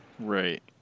Right